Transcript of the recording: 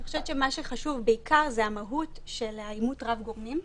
אני חושבת שמה שחשוב בעיקר זה המהות של האימות רב גורמים,